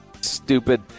Stupid